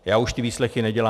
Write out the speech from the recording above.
Já už ty výslechy nedělám.